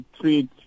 treat